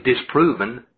disproven